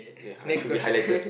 ya I should be highlighted